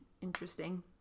interesting